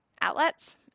outlets